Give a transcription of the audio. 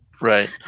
Right